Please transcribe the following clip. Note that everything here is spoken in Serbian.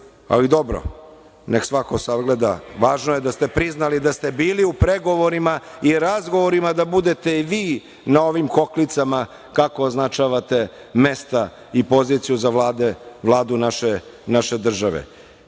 ali dobro, neka svako sagleda, važno je da ste priznali da ste bili u pregovorima i razgovorima da budete i vi na ovim hoklicama, kako označavate mesta i poziciju za Vladu naše države. Nisam